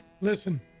Listen